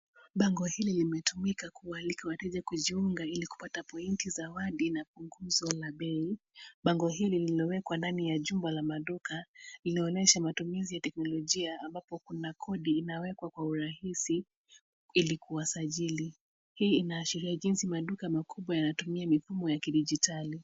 Bango hili limetumika kuwaalika wateja kujiunga ili kupata pointi ,zawadi na punguzo la bei. Bango hili lililowekwa ndani ya jumba la maduka, inaonyesha matumizi ya teknolojia, ambapo kuna kodi inawekwa kwa urahisi ili kuwasajili. Hii inaashiria jinsi maduka makubwa yanatumia mifumo ya kidijitali.